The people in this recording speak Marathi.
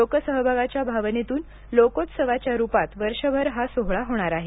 लोकसहभागाच्या भावनेतून लोकोत्सवाच्या रूपात वर्षभर हा सोहळा होणार आहे